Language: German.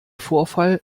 vorfall